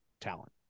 talent